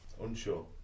Unsure